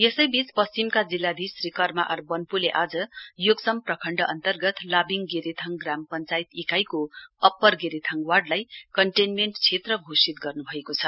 यसैवाच पश्चिमका जिल्लाधीश श्री कर्मा आर बन्पोले आज योक्सम प्रखण्ड अन्तर्गत लाविङ गेरेथाङ ग्राम पश्चायत इकाइको अप्पर गेरेथाङ वार्डलाई कन्टेन्मेण्ट क्षेत्र घोषित गर्नभएको छ